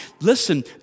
Listen